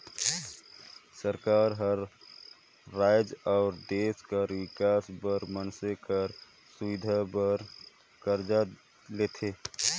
सरकार हर राएज अउ देस कर बिकास बर मइनसे कर सुबिधा बर करजा लेथे